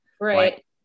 right